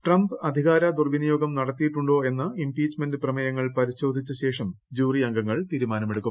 Trump അധികാര ദുർപ്പിന്റിയ്ക്ഗം നടത്തിയിട്ടുണ്ടോ എന്ന് ഇംപീച്ച്മെന്റ് പ്രമേയങ്ങൾ പ്രിശോധിച്ച ശേഷം ജൂറി അംഗങ്ങൾ തീരുമാനമെടുക്കും